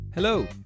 Hello